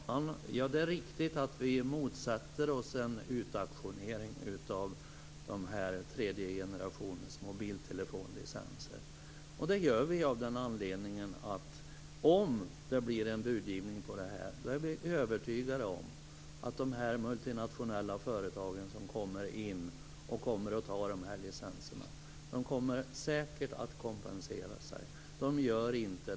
Fru talman! Det är riktigt att vi motsätter oss en utauktionering av tredje generationens mobiltelefonlicenser. Det gör vi av den anledningen att vi är övertygade om att de multinationella företag som kommer in och tar de här licenserna, om det blir budgivning, säkert kommer att kompensera sig.